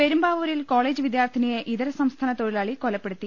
പെരുമ്പാവൂരിൽ കോളേജ് വിദ്യാർത്ഥിനിയെ ഇതര സംസ്ഥാന തൊഴിലാളി കൊലപ്പെടുത്തി